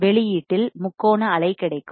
வெளியீட்டில் அவுட்புட் முக்கோண அலை கிடைக்கும்